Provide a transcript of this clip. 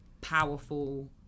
powerful